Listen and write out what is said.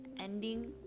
ending